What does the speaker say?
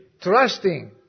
Trusting